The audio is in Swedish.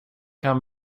kan